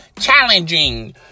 challenging